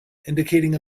indicating